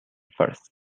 first